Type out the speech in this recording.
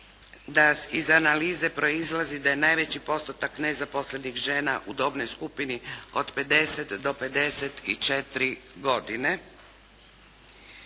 da iz analize proizlazi da najveći postotak nezaposlenih žena u dobnoj skupini od 50 do 54 godine.